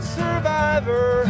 survivor